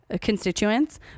constituents